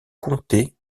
comté